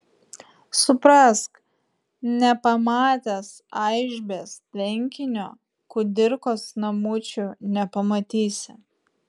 suprask nepamatęs aišbės tvenkinio kudirkos namučių nepamatysi